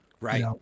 Right